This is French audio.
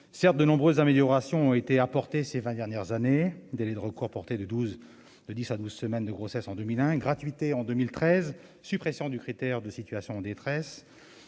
Certes, de nombreuses améliorations ont été apportées ces vingt dernières années- délai de recours porté de dix à douze semaines de grossesse en 2001, gratuité en 2013, suppression du critère de « situation de détresse